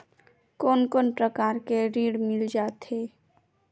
कोन कोन प्रकार के ऋण मिल जाथे?